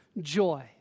joy